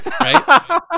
Right